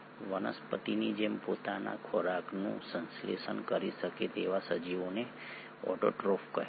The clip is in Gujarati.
વનસ્પતિની જેમ પોતાના ખોરાકનું સંશ્લેષણ કરી શકે તેવા સજીવોને ઓટોટ્રોફ કહે છે